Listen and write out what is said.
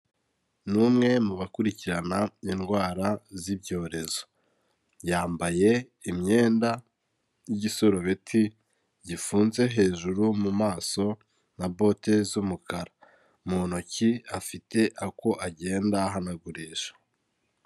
Ni umwe mu bakurikirana indwara z'ibyorezo, yambaye imyenda y'igisurubeti gifunze hejuru mu maso na bote z'umukara, mu ntoki afite ako agenda ahanagurisha.